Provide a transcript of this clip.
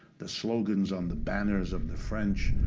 the slogans on the banners of the french,